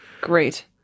Great